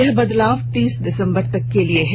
यह बदलाव तीस दिसंबर तक के लिए है